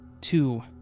two